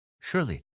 Surely